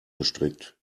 gestrickt